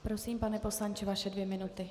Prosím, pane poslanče, vaše dvě minuty.